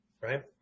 Right